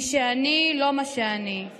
/ מי שאני לא מה שאני /